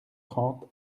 trente